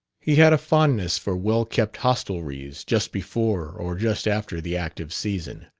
he had a fondness for well-kept hostelries just before or just after the active season.